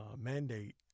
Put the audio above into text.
mandate